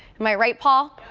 am i right, paul?